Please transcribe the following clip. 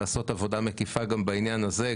לעשות עבודה מקיפה בעניין הזה.